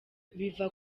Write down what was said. biva